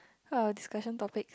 how our discussion topics